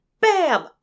Bam